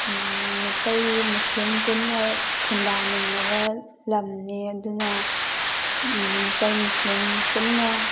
ꯃꯤꯇꯩ ꯃꯨꯁꯂꯤꯝ ꯄꯨꯟꯅ ꯈꯨꯟꯗꯥꯃꯤꯟꯅꯕ ꯂꯝꯅꯦ ꯑꯗꯨꯅ ꯃꯤꯇꯩ ꯃꯨꯁꯂꯤꯝ ꯄꯨꯟꯅ